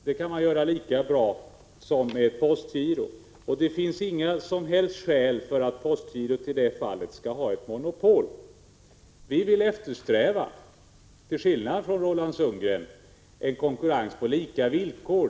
Det går lika bra som med postgiro, och det finns inga som helst skäl att postgirot i det fallet skall ha monopol. Till skillnad från Roland Sundgren vill vi eftersträva en konkurrens på lika villkor.